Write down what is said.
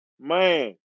Man